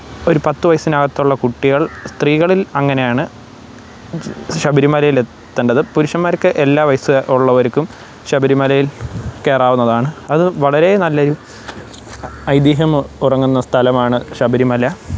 ഒരു പത്ത് വയസ്സിനകത്തുള്ള കുട്ടികള് സ്ത്രീകളില് അങ്ങനെയാണ് ശബരിമലയിൽ എത്തേണ്ടത് പുരുഷന്മാര്ക്ക് എല്ലാ വയസ്സുള്ളവര്ക്കും ശബരിമലയില് കയറാവുന്നതാണ് അത് വളരെ നല്ല ഒരു ഐതീഹ്യം ഉറങ്ങുന്ന സ്ഥലമാണ് ശബരിമല